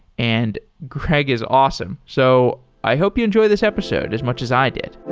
and greg is awesome. so i hope you enjoy this episode as much as i did.